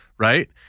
Right